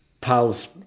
pals